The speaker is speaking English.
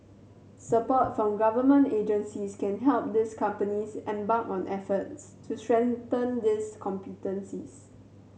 support from government agencies can help these companies embark on efforts to strengthen these competencies